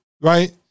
right